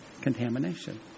contamination